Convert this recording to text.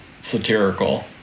satirical